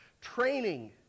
Training